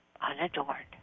unadorned